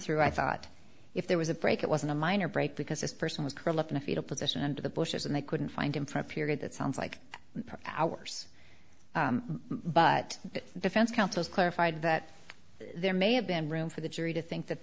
through i thought if there was a break it wasn't a minor break because this person was curled up in a fetal position and the bushes and they couldn't find him for a period that sounds like hours but defense counsel is clarified that there may have been room for the jury to think that